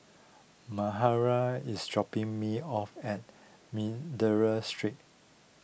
Mahara is dropping me off at Street